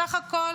סך הכול